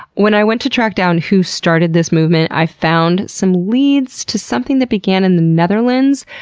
when i went to track down who started this movement, i found some leads to something that began in the netherlands,